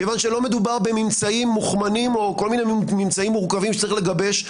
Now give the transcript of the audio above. כיוון שלא מדובר בממצאים מוכמנים או כל מיני ממצאים מורכבים שצריך לגבש,